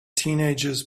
teenagers